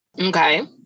Okay